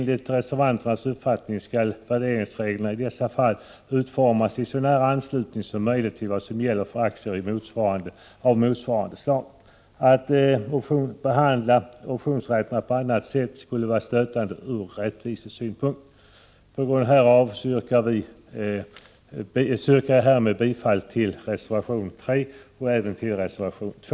Enligt reservanternas uppfattning skall värderingsreglerna i dessa fall utformas i så nära anslutning som möjligt till vad som gäller för aktier av motsvarande slag. Att behandla optionsrätterna på annat sätt skulle vara stötande ur rättvisesynpunkt. Med det anförda yrkar jag bifall till reservation 3 och även till reservation 2.